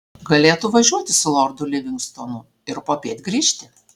galėtų važiuoti su lordu livingstonu ir popiet grįžti